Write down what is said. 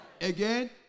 Again